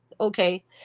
okay